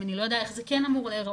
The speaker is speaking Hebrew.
אם אני לא אגע איך זה כן אמור להראות,